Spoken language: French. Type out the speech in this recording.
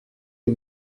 les